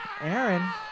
Aaron